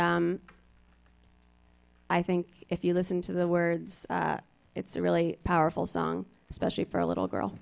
and i think if you listen to the words it's a really powerful song especially for a little girl